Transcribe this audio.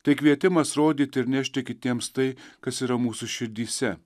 tai kvietimas rodyti ir nešti kitiems tai kas yra mūsų širdyse